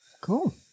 Cool